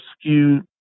skewed